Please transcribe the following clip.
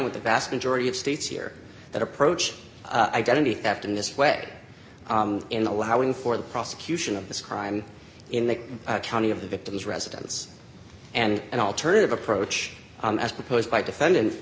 with the vast majority of states here that approach identity theft in this way in allowing for the prosecution of this crime in the county of the victim's residence and an alternative approach as proposed by defendant